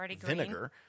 vinegar